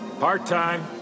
Part-time